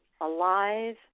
alive